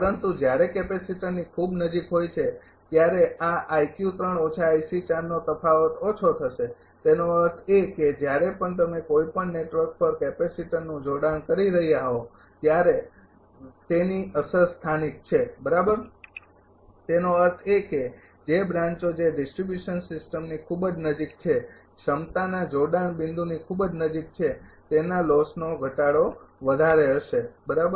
પરંતુ જ્યારે કેપેસિટરની ખૂબ નજીક હોય છે ત્યારે આ નો તફાવત ઓછો થશે તેનો અર્થ એ કે જ્યારે પણ તમે કોઈપણ નેટવર્ક પર કેપેસિટરનું જોડાણ કરી રહ્યાં હોવ બરાબર ત્યારે તેની અસર સ્થાનિક છે તેનો અર્થ એ કે જે બ્રાંચો જે ડિસ્ટ્રિબ્યુશન સિસ્ટમની ખૂબ જ નજીક છે ક્ષમતાના જોડાણ બિંદુની ખૂબ જ નજીક છે તેના લોસનો ઘટાડો વધારે હશે બરાબર